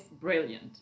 brilliant